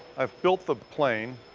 i've built the plane,